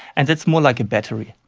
and that's more like a battery.